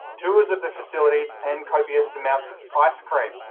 tours of the facilities and copious amounts of ice cream.